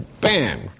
bam